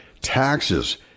taxes